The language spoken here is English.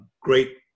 great